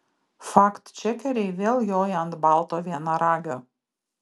faktčekeriai vėl joja ant balto vienaragio